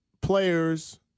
players